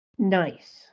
Nice